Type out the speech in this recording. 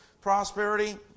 prosperity